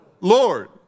Lord